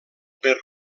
per